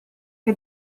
che